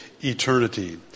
eternity